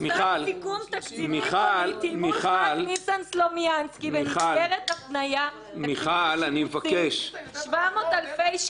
סיכום תקציבי ניסן סלומינסקי - בממסגרת הפניה 700 אלפי שקלים.